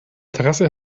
terrasse